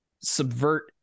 subvert